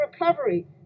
recovery